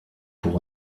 pour